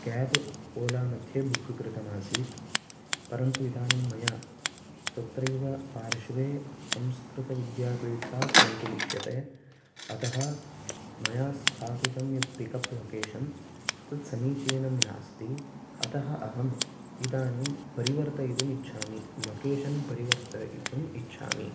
cab Ola मध्ये book कृतमासीत् परन्तु इदानीं मया तत्रैव पार्श्वे संस्कृतविद्यापीठात् गन्तुम् इष्यते अतः मया स्थापितं यत् पिक् अप् लोकेशन् तत् समीचीनं नास्ति अतः अहम् इदानीं परिवर्तयितुम् इच्छामि लोकेशन् परिवर्तयितुम् इच्छामि